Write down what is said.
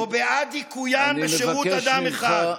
בעד זכויות האזרח או בעד דיכויים בשירות אדם אחד?